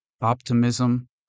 optimism